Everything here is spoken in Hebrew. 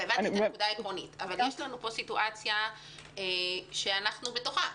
הבנתי את הנקודה העקרונית אבל יש לנו פה סיטואציה שאנחנו בתוכה,